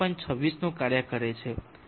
26 નું કાર્ય કરે છે જે 24